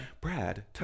Brad